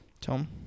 Tom